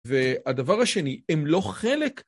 והדבר השני, הם לא חלק